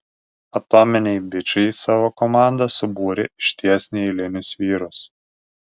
atominiai bičai į savo komandą subūrė išties neeilinius vyrus